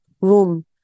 room